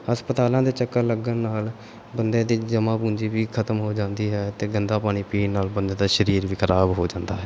ਹਸਪਤਾਲਾਂ ਦੇ ਚੱਕਰ ਲੱਗਣ ਨਾਲ ਬੰਦੇ ਦੀ ਜਮ੍ਹਾਂ ਪੂੰਜੀ ਵੀ ਖਤਮ ਹੋ ਜਾਂਦੀ ਹੈ ਅਤੇ ਗੰਦਾ ਪਾਣੀ ਪੀਣ ਨਾਲ ਬੰਦੇ ਦਾ ਸਰੀਰ ਵੀ ਖਰਾਬ ਹੋ ਜਾਂਦਾ ਹੈ